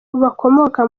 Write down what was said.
bakomoka